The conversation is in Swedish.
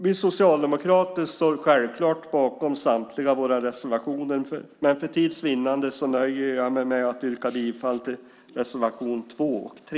Vi socialdemokrater står självfallet bakom samtliga våra reservationer, men för tids vinnande nöjer jag mig med att yrka bifall till reservationerna 2 och 3.